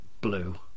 blue